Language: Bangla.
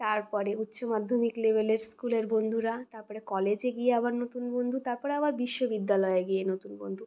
তারপরে উচ্চ মাধ্যমিক লেভেলের স্কুলের বন্ধুরা তারপরে কলেজে গিয়ে আবার নতুন বন্ধু তারপরে আবার বিশ্ববিদ্যালয়ে গিয়ে নতুন বন্ধু